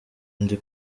ndi